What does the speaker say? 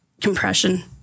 compression